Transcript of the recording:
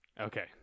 Okay